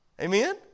Amen